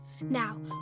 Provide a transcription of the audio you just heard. Now